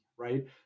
Right